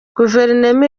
guverinoma